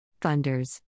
Funders